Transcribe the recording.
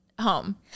home